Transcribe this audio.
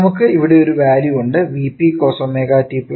നമുക്ക് ഇവിടെ ഒരു വാല്യൂ ഉണ്ട് Vp cos ω t ϕ